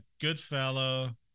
Goodfellow